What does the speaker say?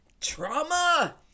trauma